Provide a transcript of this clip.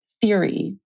theory